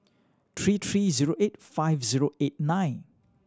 three three zero eight five zero eight nine